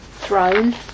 throne